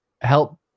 help